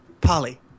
Polly